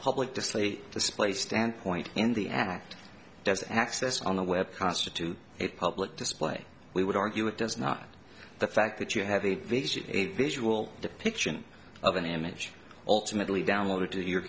public display display standpoint in the act does access on a web constitute a public display we would argue it does not the fact that you have a visual depiction of an image ultimately downloaded to your